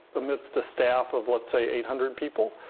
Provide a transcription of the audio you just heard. amidst a staff of, let's say, eight hundred people.